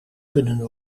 kunnen